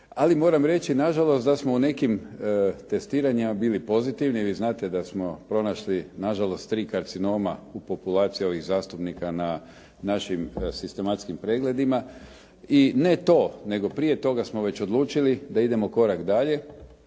ali moram reći na žalost da smo u nekim testiranjima bili pozitivni. Vi znate da smo pronašli na žalost tri karcinoma u populaciji ovih zastupnika na našim sistematskim pregledima i ne to, nego prije toga smo već odlučili da idemo korak dalje